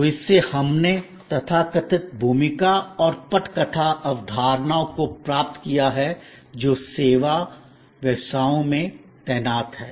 तो इससे हमने तथाकथित भूमिका और पटकथा अवधारणाओं को प्राप्त किया है जो सेवा व्यवसायों में तैनात हैं